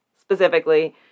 specifically